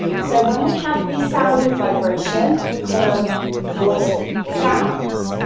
so when we have these sounds with vibration we call them voiced sounds.